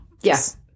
Yes